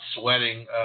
sweating